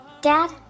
Dad